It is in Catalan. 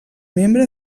membre